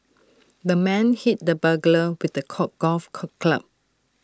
the man hit the burglar with A golf club